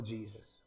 Jesus